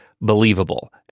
believable